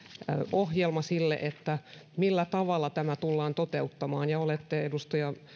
ohjelma sille millä tavalla tämä tullaan toteuttamaan ja olette edustaja